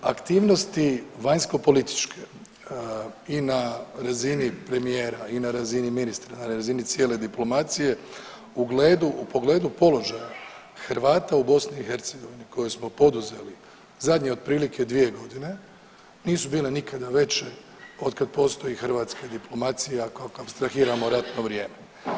Aktivnosti vanjsko-političke i na razini premijera i na razini ministra i na razini cijele diplomacije u pogledu položaja Hrvata u BiH koje smo poduzeli zadnje otprilike 2.g. nisu bile nikada veće otkad postoji hrvatske diplomacije ako apstrahiramo ratno vrijeme.